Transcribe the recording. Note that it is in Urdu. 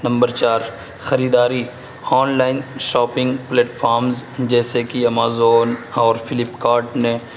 نمبر چار خریداری آن لائن شاپنگ پلیٹفامس جیسے کہ امازون اور فلپ کارٹ نے